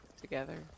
together